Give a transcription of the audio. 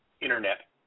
internet